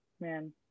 Man